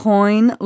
Coin